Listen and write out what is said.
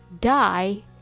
die